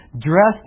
dressed